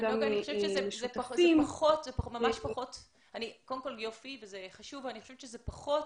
זה חשוב וזה יפה אבל אני חושבת שזה פחות